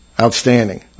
Outstanding